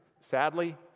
Sadly